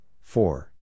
four